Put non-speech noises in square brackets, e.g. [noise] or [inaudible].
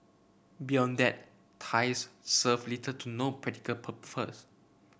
beyond that ties serve little to no practical [unintelligible]